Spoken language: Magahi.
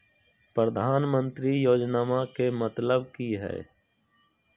प्रधानमंत्री योजनामा के मतलब कि हय?